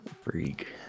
Freak